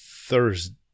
Thursday